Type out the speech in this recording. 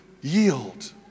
yield